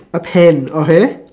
a pen okay